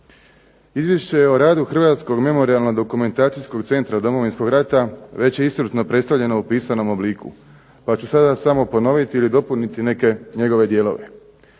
Izvješće o radu Hrvatskog memorijalno-dokumentacijskog centra Domovinskog rata već je iscrpno predstavljeno u pisanom obliku pa ću sada samo ponoviti ili dopuniti neke njegove dijelove.